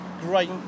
Great